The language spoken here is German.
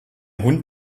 hund